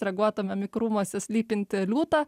reaguotumėm į krūmuose slypintį liūtą